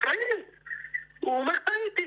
הוא אומר טעיתי.